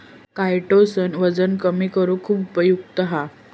chitosan वजन कमी करुक खुप उपयुक्त हा